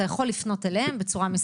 אתה יכול לפנות אליהם בצורה מסודרת.